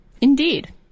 Indeed